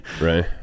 Right